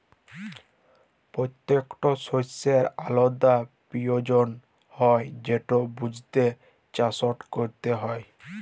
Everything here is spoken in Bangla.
পত্যেকট শস্যের আলদা পিরয়োজন হ্যয় যেট বুঝে চাষট ক্যরতে হয়